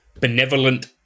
benevolent